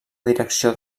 direcció